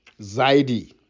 Zaidi